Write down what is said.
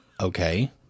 Okay